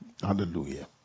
Hallelujah